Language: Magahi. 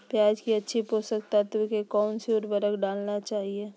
प्याज की अच्छी पोषण के लिए कौन सी उर्वरक डालना चाइए?